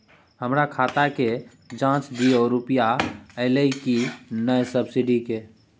हमर खाता के ज जॉंच दियो रुपिया अइलै की नय सब्सिडी के?